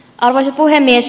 arvoisa puhemies